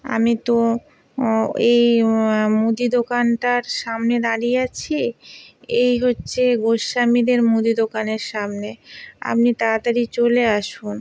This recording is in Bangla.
আমি তো এই মুদি দোকানটার সামনে দাঁড়িয়ে আছি এই হচ্ছে গোস্বামীদের মুদি দোকানের সামনে আপনি তাড়াতাড়ি চলে আসুন